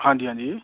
ਹਾਂਜੀ ਹਾਂਜੀ